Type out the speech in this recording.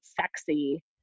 sexy